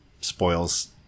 spoils